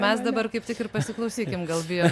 mes dabar kaip tik ir pasiklausykim gal bijom